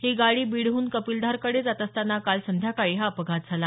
ही गाडी बीडहून कपिलधारकडे जात असताना काल संध्याकाळी हा अपघात झाला